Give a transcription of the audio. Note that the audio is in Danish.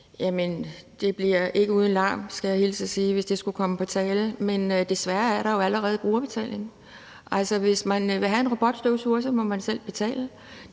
skal jeg hilse og sige, hvis det skulle komme på tale. Men desværre er der jo allerede brugerbetaling. Hvis man vil have en robotstøvsuger, må man selv betale.